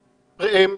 ראם,